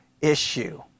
issue